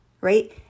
right